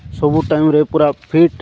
ସବୁ ଟାଇମ୍ରେ ପୁରା ଫିଟ୍